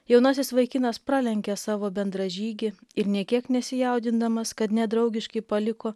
jaunasis vaikinas pralenkia savo bendražygį ir nė kiek nesijaudindamas kad nedraugiškai paliko